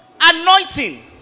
anointing